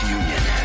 union